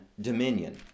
dominion